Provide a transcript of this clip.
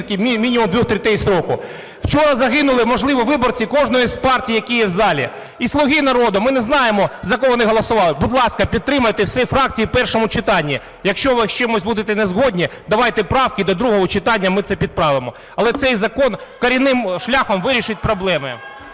Вчора загинули, можливо, виборці кожної із партій, які є в залі, і "Слуги народу", ми не знаємо, за кого вони голосували. Будь ласка, підтримайте всі фракції в першому читанні. Якщо ви з чимось будете не згодні, давайте правки до другого читання, ми це підправимо. Але цей закон корінним шляхом вирішить проблеми.